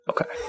Okay